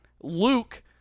Luke